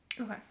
Okay